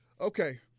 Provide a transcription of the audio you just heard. okay